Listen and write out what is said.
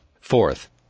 Fourth